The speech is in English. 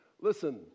listen